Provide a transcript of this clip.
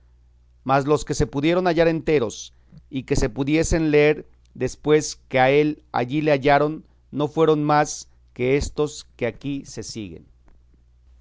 mas los que se pudieron hallar enteros y que se pudiesen leer después que a él allí le hallaron no fueron más que estos que aquí se siguen